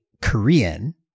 Korean